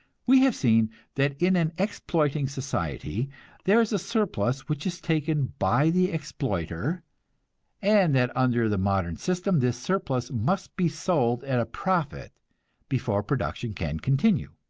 we have seen that in an exploiting society there is a surplus which is taken by the exploiter and that under the modern system this surplus must be sold at a profit before production can continue.